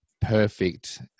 perfect